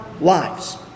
lives